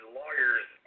lawyers